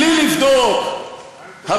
בלי לבדוק,